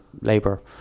Labour